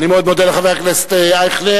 אני מאוד מודה לחבר הכנסת אייכלר.